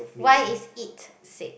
why is it sick